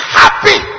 happy